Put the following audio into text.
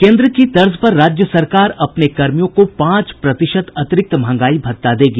केन्द्र की तर्ज पर राज्य सरकार अपने कर्मियों को पांच प्रतिशत अतिरिक्त महंगाई भत्ता देगी